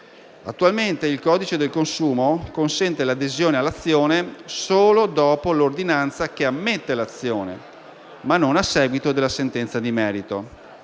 attualmente il codice del consumo consente l'adesione all'azione solo dopo l'ordinanza che ammette l'azione, ma non a seguito della sentenza di merito.